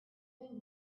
been